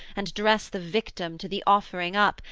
and dress the victim to the offering up,